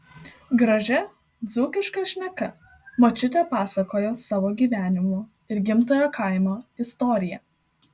gražia dzūkiška šneka močiutė pasakojo savo gyvenimo ir gimtojo kaimo istoriją